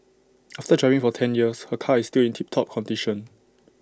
after driving for ten years her car is still in tip top condition